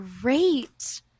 great